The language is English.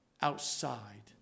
outside